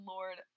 Lord